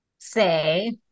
say